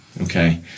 Okay